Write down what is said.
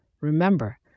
Remember